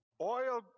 Oil